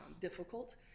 difficult